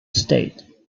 state